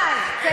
הם